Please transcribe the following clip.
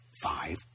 Five